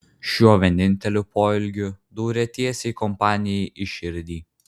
šiuo vieninteliu poelgiu dūrė tiesiai kompanijai į širdį